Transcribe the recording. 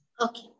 Okay